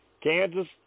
Kansas